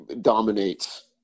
dominates